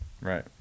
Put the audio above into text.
Right